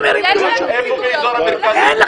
אנחנו גרים שם לא אתם.